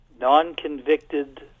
Non-convicted